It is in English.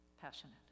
passionate